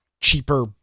cheaper